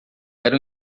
eram